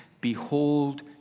Behold